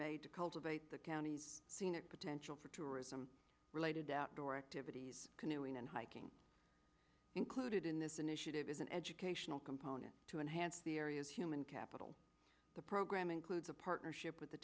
made to cultivate the county's scenic potential for tourism related outdoor activities canoeing and hiking included in this initiative is an educational component to enhance the area's human capital the program includes a partnership with the